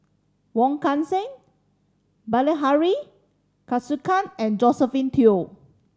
Wong Kan Seng Bilahari Kausikan and Josephine Teo